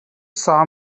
saw